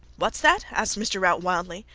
whats that? asked mr. rout, wildly.